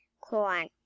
corn